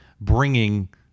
bringing